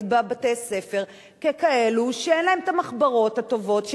בבתי-הספר ככאלו שאין להם את המחברות הטובות,